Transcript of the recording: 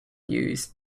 use